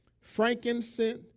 frankincense